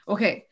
Okay